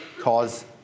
cause